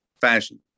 fashion